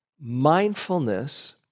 Mindfulness